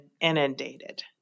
inundated